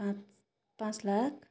पाँच पाँच लाख